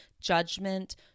judgment